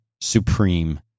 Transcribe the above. supreme